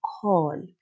call